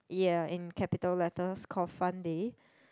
ya in capital letters called Fun Day